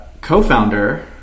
Co-founder